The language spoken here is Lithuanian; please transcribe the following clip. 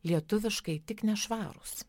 lietuviškai tik nešvarūs